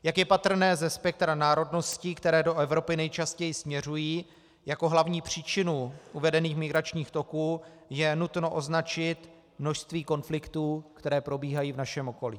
Jak je patrné ze spektra národností, které do Evropy nejčastěji směřují, jako hlavní příčinu uvedených migračních toků je nutno označit množství konfliktů, které probíhají v našem okolí.